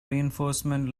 reinforcement